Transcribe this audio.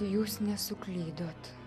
jūs nesuklydot